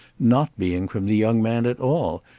not being from the young man at all,